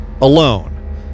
alone